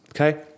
okay